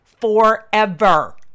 forever